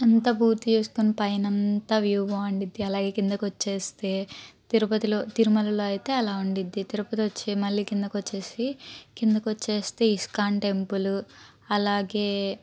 అంత పూర్తిచేసుకొని పైనంతా వ్యూ బాగుంటుంది అలాగే కిందకొచ్చేస్తే తిరుపతిలో తిరుమలలో అయితే అలా ఉంటుంది తిరుపతివచ్చి మళ్ళీ కిందకొచ్చేసి కిందకొచ్చేస్తే ఇస్కాన్ టెంపులు అలాగే